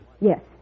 Yes